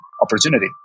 opportunity